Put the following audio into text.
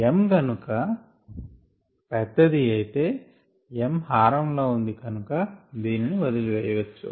m గనుక పెద్దది అయితే m హారం లో ఉంది కనుక దీని ని వదిలి వేయవచ్చు